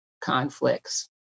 conflicts